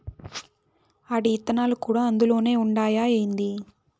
ఆటి ఇత్తనాలు కూడా అందులోనే ఉండాయా ఏంది